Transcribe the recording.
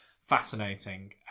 fascinating